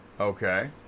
Okay